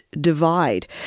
divide